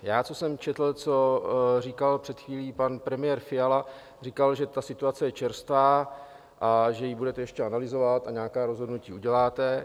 Já, co jsem četl, co říkal před chvílí pan premiér Fiala, říkal, že ta situace je čerstvá a že ji budete ještě analyzovat a nějaká rozhodnutí uděláte.